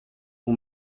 who